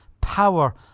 power